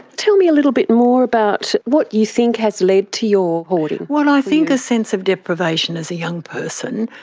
tell me a little bit more about what you think has led to your hoarding? well, i think a sense of deprivation as a young person.